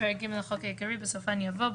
חוות